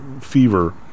fever